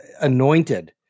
anointed